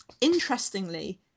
interestingly